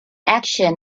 action